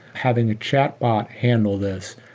having a chat bot handle this,